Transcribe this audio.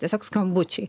tiesiog skambučiai